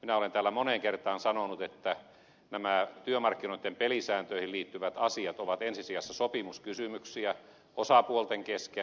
minä olen täällä moneen kertaan sanonut että nämä työmarkkinoitten pelisääntöihin liittyvät asiat ovat ensi sijassa sopimuskysymyksiä osapuolten kesken